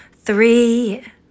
Three